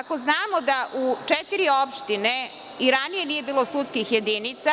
Ako znamo da u četiri opštine i ranije nije bilo sudskih jedinica,